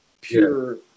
pure